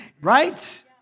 right